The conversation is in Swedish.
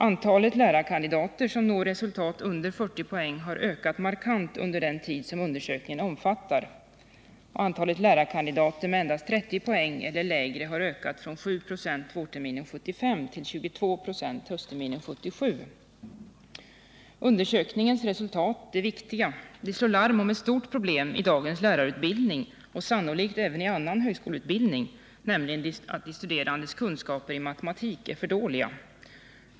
Antalet lärarkandidater som bara når resultat under 40 poäng har ökat markant under den tid som undersökningen omfattar och antalet lärarkandidater med endast 30 poäng eller lägre har stigit från 7 96 vårterminen 1975 till 22 96 höstterminen 1977. Undersökningens resultat är viktiga. De slår larm om ett stort problem i dagens lärarutbildning och sannolikt även i annan högskoleutbildning, nämligen att de studerandes kunskaper i matematik är alltför dåliga.